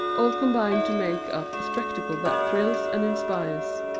all combine to make up a spectacle that thrills and inspires.